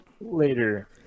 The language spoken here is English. Later